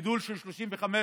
גידול של 35%;